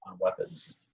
weapons